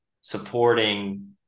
supporting